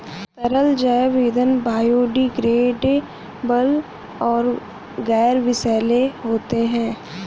तरल जैव ईंधन बायोडिग्रेडेबल और गैर विषैले होते हैं